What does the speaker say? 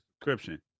subscription